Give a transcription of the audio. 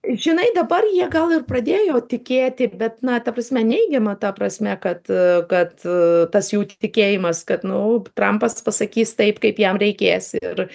žinai dabar jie gal ir pradėjo tikėti bet na ta prasme neigiama ta prasme kad kad tas jų tikėjimas kad nu trampas pasakys taip kaip jam reikės ir